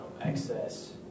excess